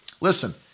Listen